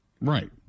Right